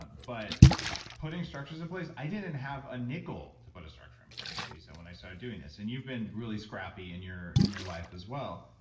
but but putting structures in place, i didn't have a nickel to put a structure in place lisa, when i started doing this. and you've been really scrappy in your in your life as well.